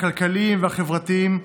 הכלכליים והחברתיים,